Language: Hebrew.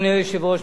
דקה וחצי,